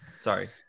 Sorry